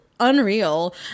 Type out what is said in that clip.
unreal